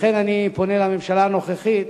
לכן אני פונה לממשלה הנוכחית